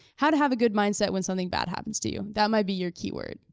how to have a good mindset when something bad happens to you. that might be your keyword,